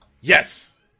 Yes